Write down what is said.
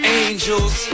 angels